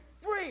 free